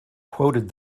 quoted